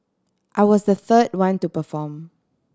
I was the third one to perform